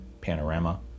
panorama